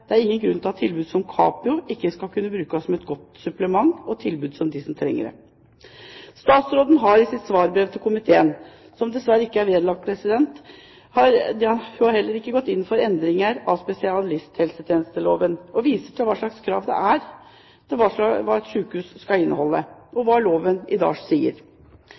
er det ingen grunn til at tilbud som Capio kan gi, ikke skal brukes som et godt supplement til dem som trenger det. Statsråden har i sitt svarbrev til komiteen, som dessverre ikke er vedlagt innstillingen, heller ikke gått inn for endringer av spesialisthelsetjenesteloven, og viser til kravene til hva sykehus skal inneholde, og hva loven i dag sier.